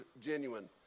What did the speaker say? genuine